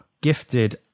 gifted